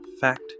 fact